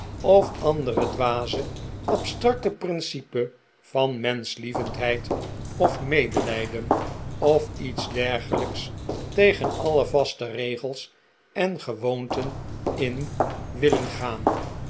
of andere dwaze maarten chuzzlewit abstracte principe van menschlievendheid of medelijden of iets dergelijks tegen alle vaste regels en gewoonten in willen gaan